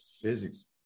physics –